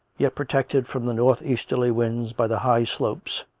yet protected from the north-easterly winds by the higher slopes,